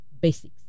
basics